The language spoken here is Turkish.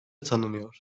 tanınıyor